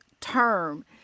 term